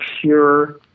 pure